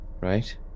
right